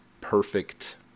perfect